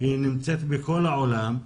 היא נמצאת בכל העולם,